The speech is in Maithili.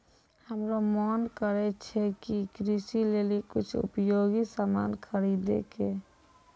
हमरो मोन करै छै कि कृषि लेली कुछ उपयोगी सामान खरीदै कै